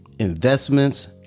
Investments